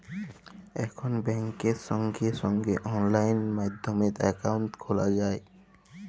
এখল ব্যাংকে সঙ্গে সঙ্গে অললাইন মাধ্যমে একাউন্ট খ্যলা যায়